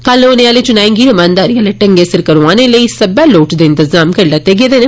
कल होने आले च्नाएं गी रमानदारी आले ढंगै सिर करोआने लेई सब्बै लोड़चदे इंतजाम कीते गेदे न